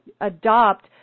adopt